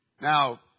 Now